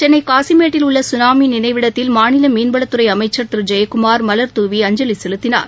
சென்னைகாசிமேட்டில் உள்ளசுனாமிநினைவிடத்தில் மாநிலமீன்வளத்துறைஅமைச்சர் திரு டி ஐயக்குமார் மலர்தூவி அஞ்சலிசெலுத்தினார்